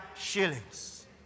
shillings